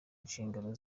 inshingano